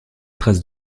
traces